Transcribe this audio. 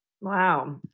Wow